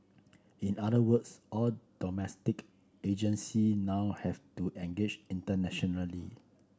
in other words all domestic agency now have to engage internationally